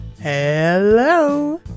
Hello